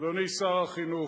אדוני שר החינוך,